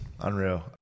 Unreal